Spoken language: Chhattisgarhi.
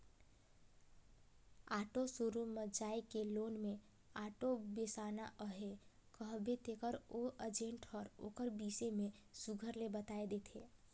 ऑटो शोरूम म जाए के लोन में आॅटो बेसाना अहे कहबे तेकर ओ एजेंट हर ओकर बिसे में सुग्घर ले बताए देथे